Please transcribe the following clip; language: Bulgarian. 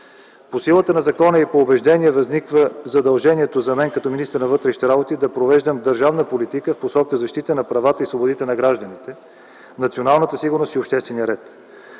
По силата на закона и по убеждение възниква задължението за мен като министър на вътрешните работи да провеждам държавната политика в посока защита правата и свободите на гражданите, националната сигурност и обществения ред.